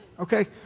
Okay